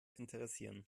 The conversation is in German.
interessieren